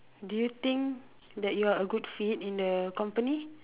do you think that you are a good fit in the company